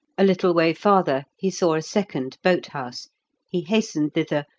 a little way farther he saw a second boathouse he hastened thither,